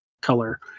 color